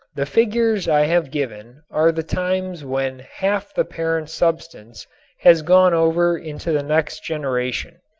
the figures i have given are the times when half the parent substance has gone over into the next generation.